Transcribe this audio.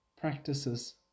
practices